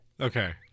Okay